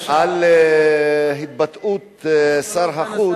אנחנו מדברים על התבטאות שר החוץ.